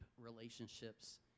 relationships